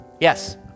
yes